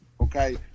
Okay